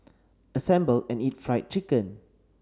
assemble and eat Fried Chicken